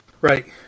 Right